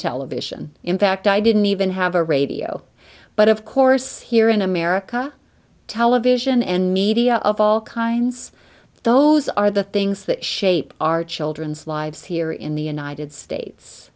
television in fact i didn't even have a radio but of course here in america television and media of all kinds those are the things that shape our children's lives here in the united states